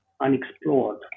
unexplored